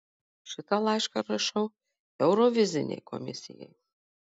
šitą laišką rašau eurovizinei komisijai